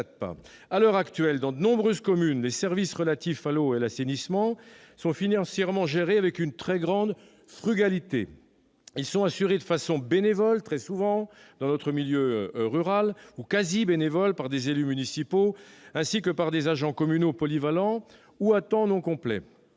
À l'heure actuelle, dans de nombreuses communes, les services relatifs à l'eau et à l'assainissement sont financièrement gérés avec une très grande frugalité. Dans nos communes rurales, ils sont assurés de façon bénévole ou quasi bénévole par des élus municipaux, ainsi que par des agents communaux polyvalents ou à temps non complet.